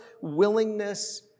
willingness